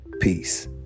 Peace